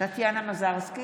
טטיאנה מזרסקי,